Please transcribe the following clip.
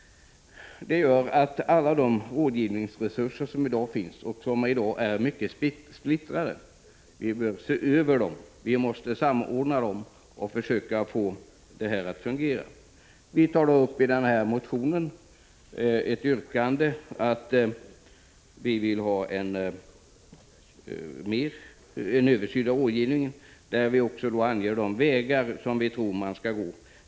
Det gör att alla de rådgivningsresurser som finns och som i dag är mycket splittrade behöver ses över. Vi måste samordna dem och försöka få det hela att fungera. Vi har i vår motion ett yrkande om en översyn av rådgivningen. Vi anger också de vägar som vi tror att man skall gå.